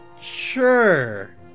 Sure